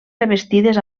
revestides